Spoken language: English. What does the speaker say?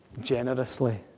Generously